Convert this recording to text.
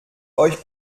euch